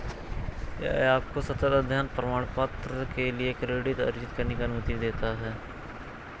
यह आपको सतत अध्ययन में प्रमाणपत्र के लिए क्रेडिट अर्जित करने की अनुमति देता है